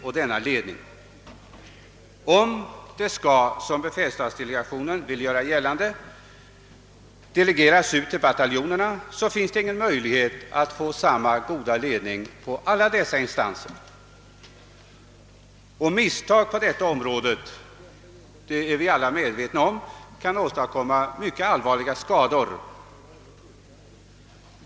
Om denna verksamhet, som befälsstatdelegationen föreslår, skall delegeras ut till bataljonerna, har man ingen möjlighet att erhålla samma goda ledning i alla dessa instanser. Misstag på idrottens område — det är vi alla medvetna om — kan åstadkomma mycket allvarliga och långvariga skador.